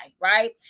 right